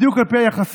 בדיוק על פי היחסים,